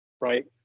Right